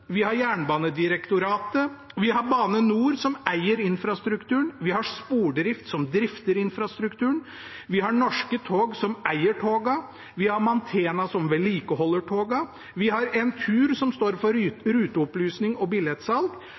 vi har Jernbanedirektoratet, vi har Bane NOR, som eier infrastrukturen, vi har Spordrift, som drifter infrastrukturen, vi har Norske tog, som eier togene, vi har Mantena, som vedlikeholder togene, vi har Entur, som står for ruteopplysning og billettsalg,